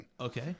Okay